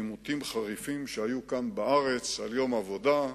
בעימותים חריפים שהיו כאן בארץ על יום עבודה,